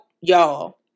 y'all